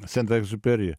sent egziuperi